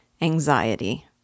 Anxiety